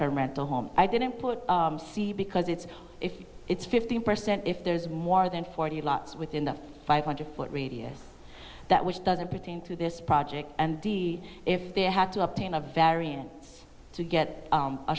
term rental home i didn't put see because it's if it's fifteen percent if there's more than forty lots within the five hundred foot radius that which doesn't pertain to this project and the if they have to obtain a variant to get